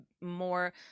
more